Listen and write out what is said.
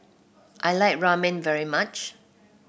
I like Ramen very much